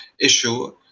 issue